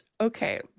Okay